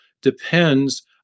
depends